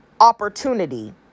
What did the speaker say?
opportunity